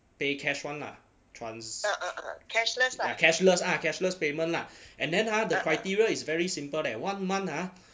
pay cash [one] lah trans~ ah cashless ah cashless payment lah and then ha the criteria is very simple leh one month ah